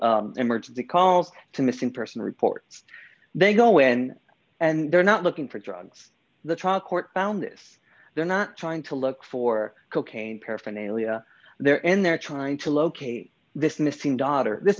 to emergency calls to missing person reports they go in and they're not looking for drugs the trial court found this they're not trying to look for cocaine paraphernalia there and they're trying to locate this missing daughter this